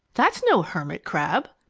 that's no hermit-crab!